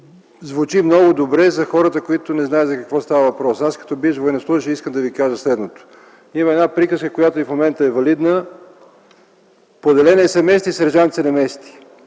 звучи много добре за хората, които не знаят за какво става въпрос. Като бивш военнослужещ искам да кажа, че има една приказка, която и в момента е валидна – „Поделение се мести, сержант се не мести”.